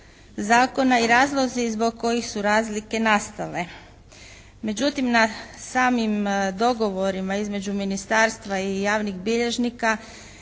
zakona i razlozi zbog kojih su razlike nastale. Međutim, na samim dogovorima između ministarstva i javnih bilježnika